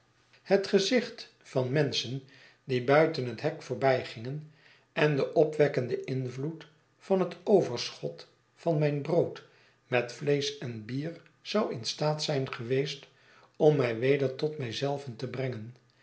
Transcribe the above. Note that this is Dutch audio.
het gezicht van menschen die buiten het hek voorbijgingen en de opwekkende invloed van het overschot van mijn brood met vleesch en bier zou in staat zijn geweest om mij weder tot mij zelven te brengen